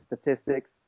statistics